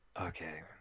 Okay